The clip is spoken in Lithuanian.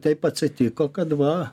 taip atsitiko kad va